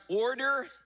order